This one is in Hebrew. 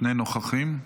שני נוכחים.